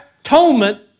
atonement